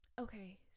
Okay